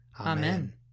Amen